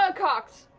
ah cocked.